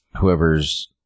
whoever's